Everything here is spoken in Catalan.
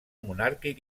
monàrquic